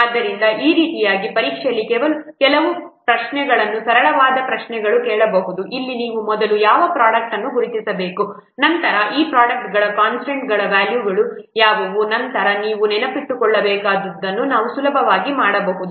ಆದ್ದರಿಂದ ಈ ರೀತಿಯಾಗಿ ಪರೀಕ್ಷೆಯಲ್ಲಿ ಕೆಲವು ಪ್ರಶ್ನೆಗಳನ್ನು ಸರಳವಾದ ಪ್ರಶ್ನೆಗಳನ್ನು ಕೇಳಬಹುದು ಅಲ್ಲಿ ನೀವು ಮೊದಲು ಯಾವ ಪ್ರೊಡಕ್ಟ್ ಅನ್ನು ಗುರುತಿಸಬೇಕು ನಂತರ ಆ ಪ್ರೊಡಕ್ಟ್ಗಳ ಕನ್ಸ್ಟಂಟ್ಗಳ ವ್ಯಾಲ್ಯೂಗಳು ಯಾವುವು ನಂತರ ನೀವು ನೆನಪಿಟ್ಟುಕೊಳ್ಳಬೇಕಾದದ್ದನ್ನು ನಾವು ಸುಲಭವಾಗಿ ಮಾಡಬಹುದು